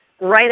right